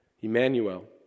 Emmanuel